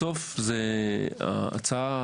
בסוף 90% מההצעה